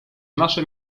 nasze